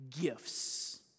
gifts